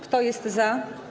Kto jest za?